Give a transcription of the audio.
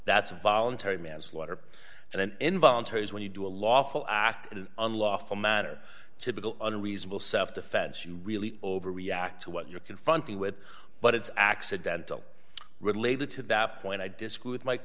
that's a voluntary manslaughter and an involuntary is when you do a lawful act in an unlawful matter typical unreasonable self defense you really over react to what you're confronted with but it's accidental related to that point i disagree with m